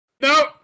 No